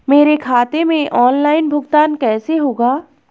मेरे खाते में ऑनलाइन भुगतान कैसे होगा?